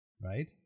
Right